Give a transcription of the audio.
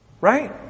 Right